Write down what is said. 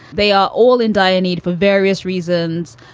they are all in dire need for various reasons.